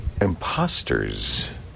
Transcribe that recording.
imposters